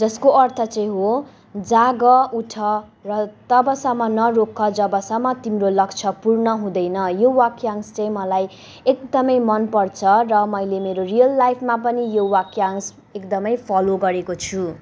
जसको अर्थ चाहिँ हो जाग उठ र तबसम्म नरोक जबसम्म तिम्रो लक्ष्य पूर्ण हुँदैन यो वाक्यांश चाहिँ मलाई एकदमै मनपर्छ र मैले मेरो रियल लाइफमा पनि यो वाक्यांश एकदमै फलो गरेको छु